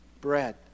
bread